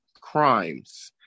Crimes